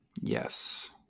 Yes